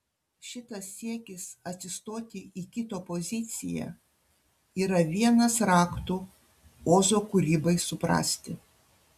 šitas siekis atsistoti į kito poziciją yra vienas raktų ozo kūrybai suprasti